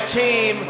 team